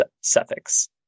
Suffix